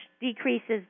decreases